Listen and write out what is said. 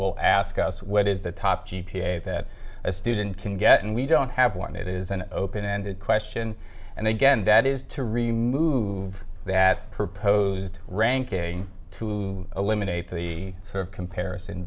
will ask us what is the top g p a that a student can get and we don't have one it is an open ended question and then again that is to remove that proposed ranking to eliminate the sort of comparison